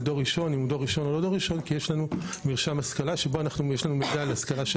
דור ראשון או לא דור ראשון כי יש לנו מרשם של השכלה ומידע על ההורים,